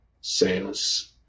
sales